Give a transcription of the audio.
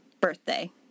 birthday